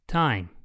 time